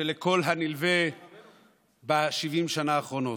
ולכל הנלווה ב-70 השנים האחרונות.